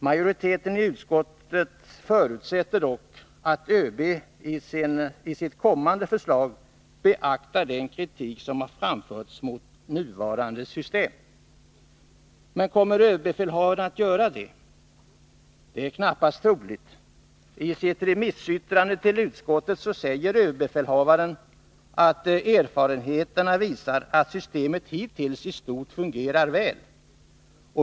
Majoriteten i utskottet förutsätter dock att ÖB i sitt kommande förslag beaktar den kritik som har framförts mot nuvarande system. Kommer överbefälhavaren att göra det? Det är knappast troligt. I sitt remissyttrande till utskottet säger ÖB ”att erfarenheterna visar att det nuvarande vitsordssystemet i stort fungerar väl”.